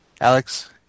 Alex